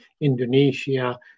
Indonesia